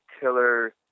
killer